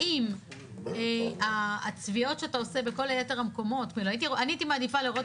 האם הצביעות שאתה עושה בכל יתר המקומות הייתי מעדיפה לראות